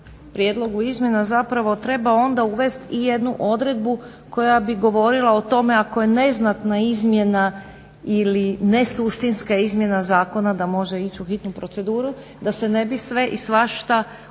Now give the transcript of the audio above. prijedlogu izmjena zapravo trebao onda uvest i jednu odredbu koja bi govorila o tome ako je neznatna izmjena ili nesuštinska izmjena zakona da može ići u hitnu proceduru, da se ne bi sve i svašta